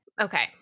okay